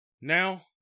Now